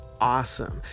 awesome